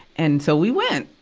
and so, we went.